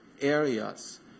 areas